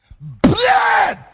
blood